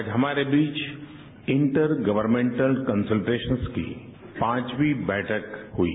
आज हमारे बीच इंटर गर्वमेंटल कन्सलटेशन्स की पांचवी बैठक हुई